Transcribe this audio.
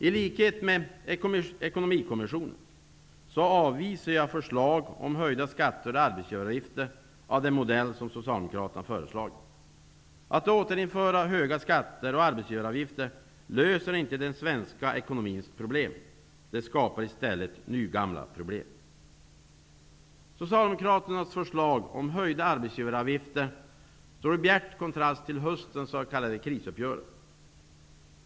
I likhet med ekonomikommissionen avvisar jag förslag om höjda skatter och arbetsgivaravgifter av den modell som Socialdemokraterna föreslagit. Att återinföra höga skatter och arbetsgivaravgifter löser inte den svenska ekonomins problem utan återskapar i stället nygamla problem. Socialdemokraternas förslag om höjda arbetsgivaravgifter står i bjärt kontrast till höstens s.k. krisuppgörelse.